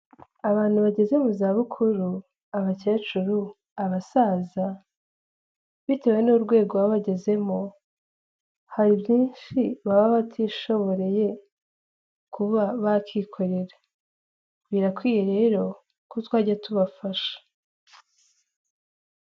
Abantu bageze mu za bukuru, abakecuru, abasaza bitewe n'urwego baba bagezemo, hari byinshi baba batishoboreye kuba bakwikorera, birakwiye rero ko twajya tubafasha.